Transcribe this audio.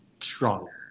stronger